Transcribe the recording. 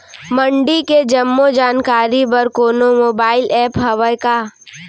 मंडी के जम्मो जानकारी बर कोनो मोबाइल ऐप्प हवय का?